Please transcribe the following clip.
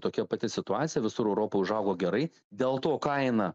tokia pati situacija visur europa užaugo gerai dėl to kaina